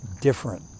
different